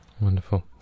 Wonderful